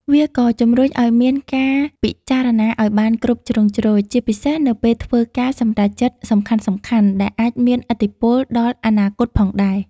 វាក៏ជំរុញឱ្យមានការពិចារណាឱ្យបានគ្រប់ជ្រុងជ្រោយ ជាពិសេសនៅពេលធ្វើការសម្រេចចិត្តសំខាន់ៗ ដែលអាចមានឥទ្ធិពលដល់អនាគតផងដែរ។